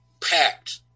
packed